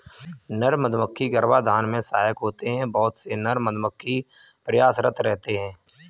नर मधुमक्खी गर्भाधान में सहायक होते हैं बहुत से नर मधुमक्खी प्रयासरत रहते हैं